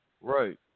Right